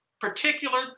particular